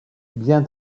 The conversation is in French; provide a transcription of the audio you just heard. bien